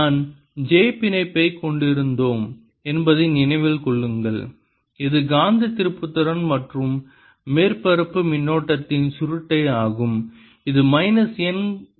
நாம் j பிணைப்பைக் கொண்டிருந்தோம் என்பதை நினைவில் கொள்ளுங்கள் இது காந்த திருப்புத்திறன் மற்றும் மேற்பரப்பு மின்னோட்டத்தின் சுருட்டை ஆகும் இது மைனஸ் n கிராஸ் M